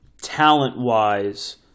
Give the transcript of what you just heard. Talent-wise